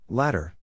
Ladder